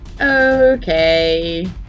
Okay